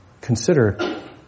consider